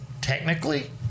technically